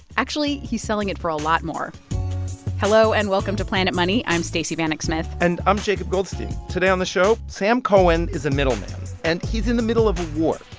actually, he's selling it for a lot more hello, and welcome to planet money. i'm stacey vanek smith and i'm jacob goldstein. today on the show sam cohen is a middleman, and he's in the middle of a war.